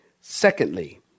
Secondly